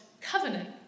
covenant